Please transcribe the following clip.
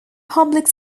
public